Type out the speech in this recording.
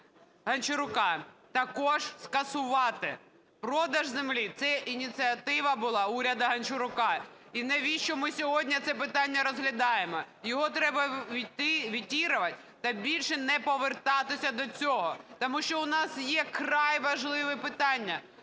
Гончарука, також скасувати. Продаж землі – це ініціатива була уряду Гончарука. І навіщо ми сьогодні це питання розглядаємо? Його треба ветировать та більше не повертатися до цього, тому що у нас є вкрай важливе питання.